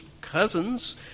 cousins